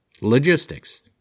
logistics